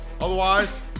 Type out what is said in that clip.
Otherwise